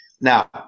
now